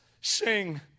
sing